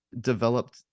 developed